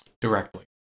directly